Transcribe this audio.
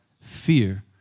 Fear